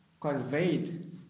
conveyed